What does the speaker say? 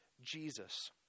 Jesus